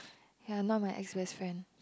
ya not my ex best friend